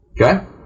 Okay